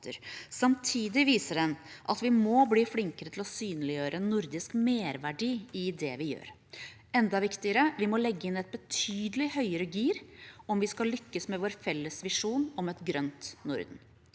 Samtidig viser den at vi må bli flinkere til å synliggjøre nordisk merverdi i det vi gjør. Enda viktigere: Vi må legge inn et betydelig høyere gir om vi skal lykkes med vår felles visjon om et grønt Norden.